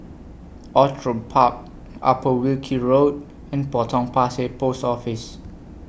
Outram Park Upper Wilkie Road and Potong Pasir Post Office